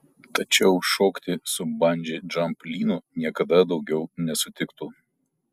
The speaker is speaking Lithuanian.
tačiau šokti su bandži džamp lynu niekada daugiau nesutiktų